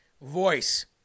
voice